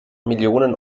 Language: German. millionen